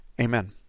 Amen